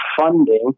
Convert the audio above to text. funding